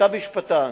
ואתה משפטן,